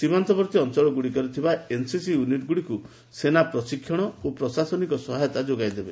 ସୀମାନ୍ତବର୍ତ୍ତୀ ଅଞ୍ଚଳଗୁଡ଼ିକରେ ଥିବା ଏନ୍ସିସି ୟୁନିଟ୍ଗୁଡ଼ିକୁ ସେନା ପ୍ରଶିକ୍ଷଣ ଓ ପ୍ରଶାସନିକ ସହାୟତା ଯୋଗାଇଦେବ